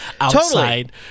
outside